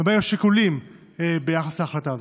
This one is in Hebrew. ומה השיקולים ביחס להחלטה זו?